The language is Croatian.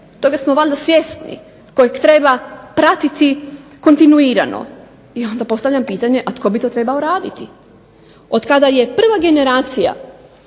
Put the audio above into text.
toga smo valjda svjesni kojega treba pratiti kontinuirano. I onda postavljam pitanje, a tko bi to trebao raditi? Od kada je prva generacija